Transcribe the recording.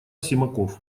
симаков